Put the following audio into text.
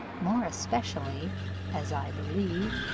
more especially as, i believe,